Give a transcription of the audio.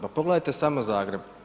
Pa pogledajte samo Zagreb.